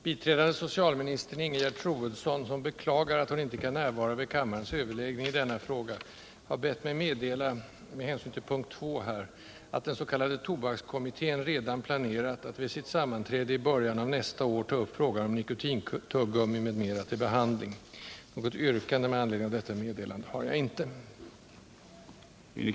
Biträdande socialministern Ingegerd Troedsson, som beklagar att hon inte kan närvara vid kammarens överläggning i denna fråga, har bett mig meddela, med hänvisning till mom. 2 i utskottets hemställan, att den s.k. tobakskommittén redan planerat att vid sitt sammanträde i början av nästa år ta upp frågan om nikotintuggummi m.m. till behandling. Något yrkande med anledning av detta meddelande har jag inte.